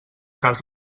cas